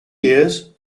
years